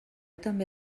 també